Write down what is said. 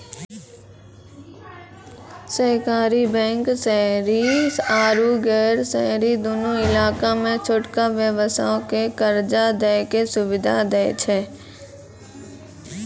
सहकारी बैंक शहरी आरु गैर शहरी दुनू इलाका मे छोटका व्यवसायो के कर्जा दै के सुविधा दै छै